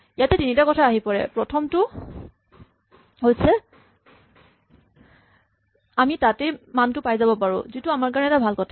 ইয়াতে তিনিটা কথা আহি পৰে প্ৰথমটো হৈছে আমি তাতেই মানটো পাই যাব পাৰো যিটো আমাৰ কাৰণে এটা ভাল কথা